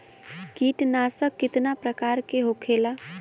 कीटनाशक कितना प्रकार के होखेला?